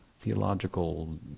theological